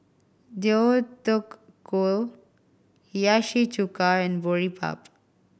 Deodeok Gui Hiyashi Chuka and Boribap